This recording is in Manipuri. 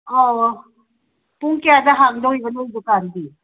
ꯑꯧ ꯄꯨꯡ ꯀꯌꯥꯗ ꯍꯥꯡꯗꯣꯔꯤꯕ ꯅꯣꯏ ꯗꯨꯀꯥꯟꯗꯤ